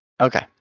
Okay